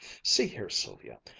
see here, sylvia,